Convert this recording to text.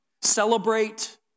Celebrate